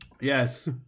Yes